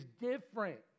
different